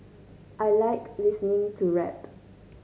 I like listening to rap